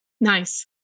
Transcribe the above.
Nice